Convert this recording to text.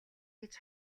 гэж